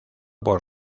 por